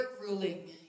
ruling